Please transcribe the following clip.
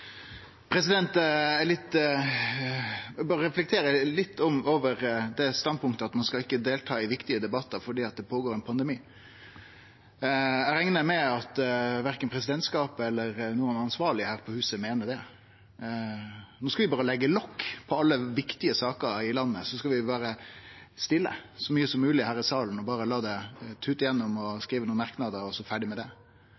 litt over standpunktet at ein ikkje skal delta i viktige debattar fordi det går føre seg ein pandemi. Eg reknar med at verken presidentskapet eller nokon av dei ansvarlege her på huset meiner det, at no skal vi leggje lokk på alle viktige saker i landet og vere stille i salen, så mykje som mogleg – berre la det tute gjennom,